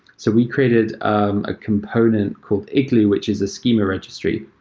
so we created um a component called igloo, which is a schema registry.